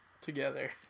together